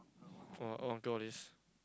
!wah! all goal this